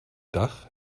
dach